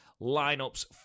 lineups